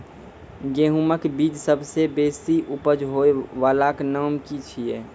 गेहूँमक बीज सबसे बेसी उपज होय वालाक नाम की छियै?